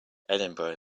edinburgh